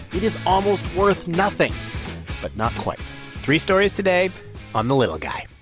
it is almost worth nothing but not quite three stories today on the little guy